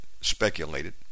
speculated